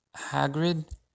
Hagrid